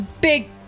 big